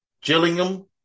Gillingham